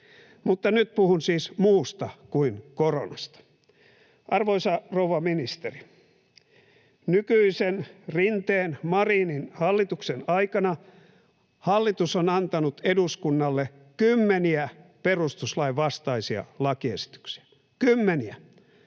Mutta nyt puhun siis muusta kuin koronasta. Arvoisa rouva ministeri, nykyisen Rinteen—Marinin hallituksen aikana hallitus on antanut eduskunnalle kymmeniä perustuslain vastaisia lakiesityksiä — kymmeniä.